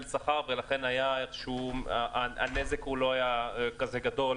שכר והנזק לבעלים לא היה כזה גדול,